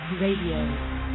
Radio